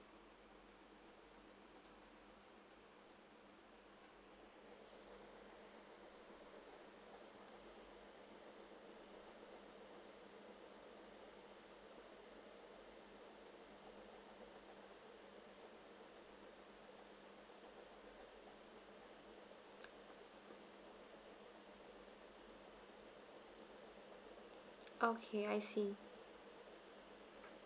okay I see